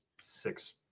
six